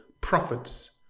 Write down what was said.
profits